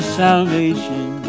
salvation